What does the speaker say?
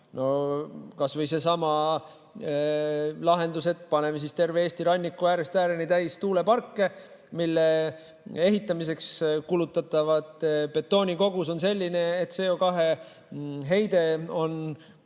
Kas või seesama lahendus, et paneme terve Eesti ranniku äärest ääreni täis tuuleparke, mille ehitamiseks kulutatav betooni kogus on selline, et CO2heide on umbes